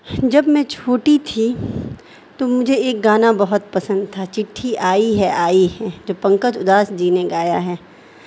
جب میں چھوٹی تھی تو مجھے ایک گانا بہت پسند تھا چٹھی آئی ہے آئی ہے جو پنکج ادھاس جی نے گایا ہے